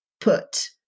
put